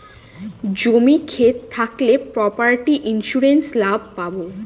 জমি ক্ষেত থাকলে প্রপার্টি ইন্সুরেন্স লাভ পাবো